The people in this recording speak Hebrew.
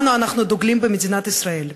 שבהם אנחנו דוגלים במדינת ישראל.